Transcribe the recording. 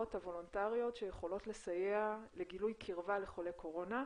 הוולונטריות שיכולות לסייע לגילוי קירבה לחולי קורונה,